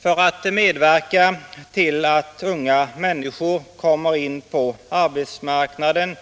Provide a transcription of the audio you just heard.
För att underlätta för unga människor att komma in på arbetsmarknaden